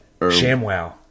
ShamWow